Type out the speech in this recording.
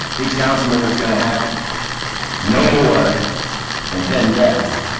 each councilmember's going to have no more than ten guests